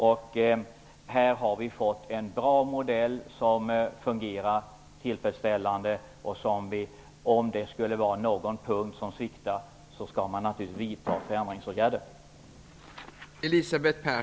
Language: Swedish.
Vi har fått en bra modell som kommer att fungera tillfredsställande. Om det skulle vara någon punkt som sviktar skall man natuligtvis vidta förändringsåtgärder.